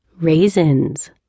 Raisins